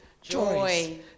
Joy